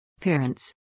Parents